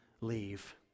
leave